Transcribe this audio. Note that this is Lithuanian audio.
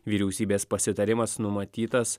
vyriausybės pasitarimas numatytas